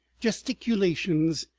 gesticulations,